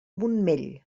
montmell